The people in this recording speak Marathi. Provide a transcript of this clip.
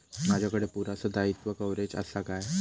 माजाकडे पुरासा दाईत्वा कव्हारेज असा काय?